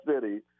city